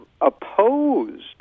opposed